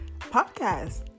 podcast